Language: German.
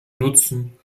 nutzen